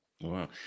Wow